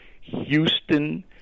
Houston